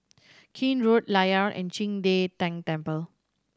Keene Road Layar and Qing De Tang Temple